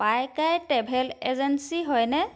পাইকাই travel agency হয়নে